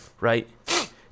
Right